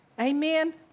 Amen